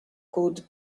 could